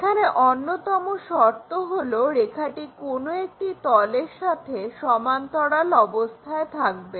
যেখানে অন্যতম শর্ত হলো রেখাটি কোনো একটি তলের সাথে সমান্তরাল অবস্থায় থাকবে